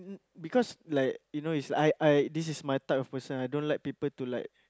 because like you know is I I this is my type of person I don't like people to like